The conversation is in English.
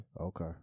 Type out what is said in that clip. Okay